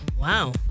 wow